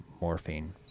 Morphine